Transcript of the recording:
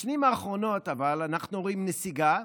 אבל בשנים האחרונות אנחנו רואים נסיגה.